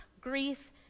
grief